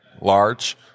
large